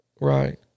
Right